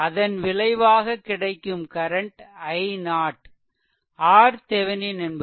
அதன் விளைவாக கிடைக்கும் கரன்ட் i0 RThevenin என்பது V0 i0